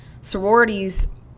Sororities